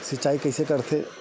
सिंचाई कइसे करथे?